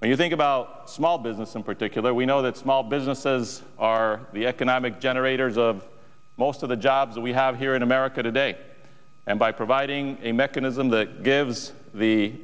and you think about small business in particular we know that small businesses are the economic generators of most of the jobs that we have here in america today and by providing a mechanism that gives the